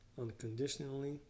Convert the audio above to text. unconditionally